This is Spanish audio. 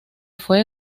fue